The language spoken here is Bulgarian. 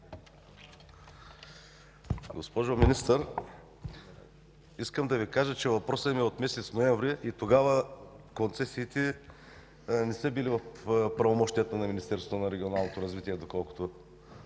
Госпожо Министър, искам да Ви кажа, че въпросът ми е от месец ноември – тогава концесиите не са били в правомощията на Министерството на регионалното развитие и